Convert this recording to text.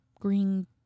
green